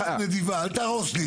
רוח נדיבה, אל תהרוס לי את זה.